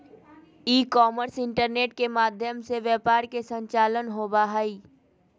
e commerce internet के माध्यम से व्यापार के संचालन होबा हइ